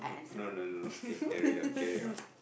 no no no no okay carry on carry on